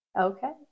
Okay